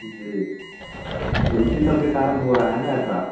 जी तो इसी सब के कारण हो रहा है ना ऐसा